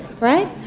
right